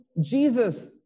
Jesus